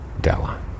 Della